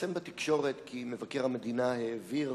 התפרסם בתקשורת כי מבקר המדינה העביר